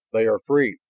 they are free!